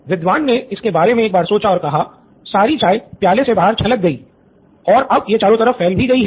विद्वान ने इसके बारे में एक बार सोचा और कहा सारी चाय प्याली से बाहर छलक गयी है और अब यह चारों तरफ फैल भी गयी है